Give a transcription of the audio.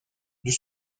dut